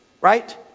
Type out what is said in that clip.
right